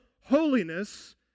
holiness